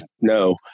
no